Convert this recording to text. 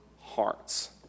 hearts